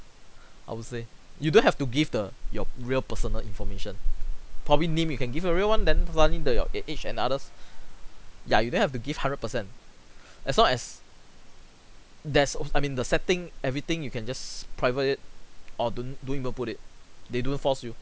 I would say you don't have to give the your real personal information probably name you can give a real one then finally the your age and others yeah you don't have to give hundred per cent as long as there's o~ I mean the setting everything you can just private it or don't don't even put it they don't force you